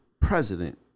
president